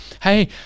hey